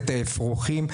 האפרוחים.